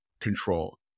control